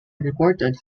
reported